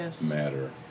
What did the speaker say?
Matter